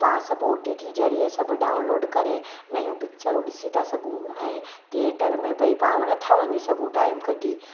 पा सभु O T T जरिए सभु डाउनलोड करे नयूं पिकिचरूं ॾिसी था सघूं ऐं थिएटर में भई पा नथा वञी सघूं टाइम कढी